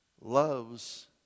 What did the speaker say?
loves